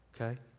Okay